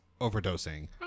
overdosing